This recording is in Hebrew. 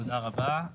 תודה רבה.